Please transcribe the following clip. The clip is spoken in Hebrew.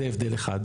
זה הבדל אחד,